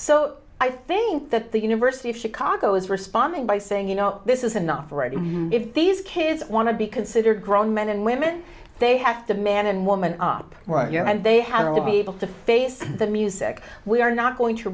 so i think that the university of chicago is responding by saying you know this is enough already if these kids want to be considered grown men and women they have to man and woman up and they have to be able to face the music we are not going to